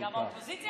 גם האופוזיציה